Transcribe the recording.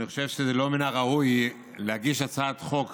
אני חושב שזה לא מן הראוי להגיש הצעת חוק